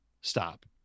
Stop